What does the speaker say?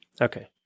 Okay